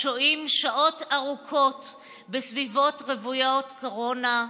השוהים שעות ארוכות בסביבות רוויות קורונה,